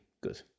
good